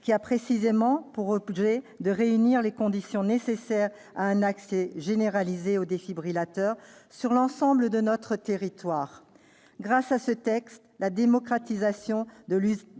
qui a précisément pour objet de réunir les conditions nécessaires à un accès généralisé aux défibrillateurs sur l'ensemble de notre territoire. Grâce à ce texte, la démocratisation de l'usage